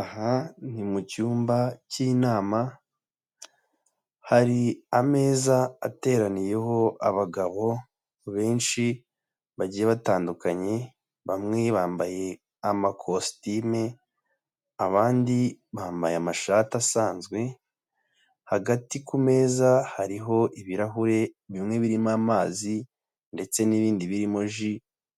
Aha ni mu cyumba cy'inama, hari ameza ateraniyeho abagabo benshi bagiye batandukanye, bamwe bambaye amakositime, abandi bambaye amashati asanzwe, hagati ku meza hariho ibirahure, bimwe birimo amazi ndetse n'ibindi birimo ji